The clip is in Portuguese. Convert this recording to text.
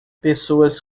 pessoas